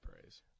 praise